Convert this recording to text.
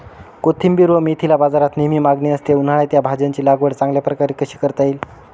कोथिंबिर व मेथीला बाजारात नेहमी मागणी असते, उन्हाळ्यात या भाज्यांची लागवड चांगल्या प्रकारे कशी करता येईल?